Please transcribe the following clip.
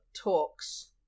talks